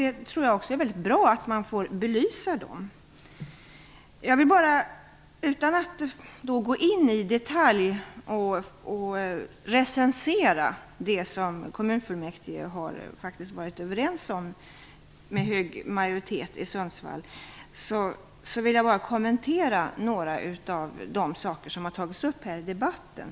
Jag tror att det är väldigt bra att man får belysa dem. Utan att gå in på detaljer och recensera vad Sundsvalls kommunfullmäktige med stor majoritet faktiskt har varit överens om skall jag kommentera några av de saker som tagits upp i debatten.